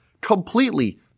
completely